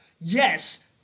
yes